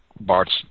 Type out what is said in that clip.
Bart's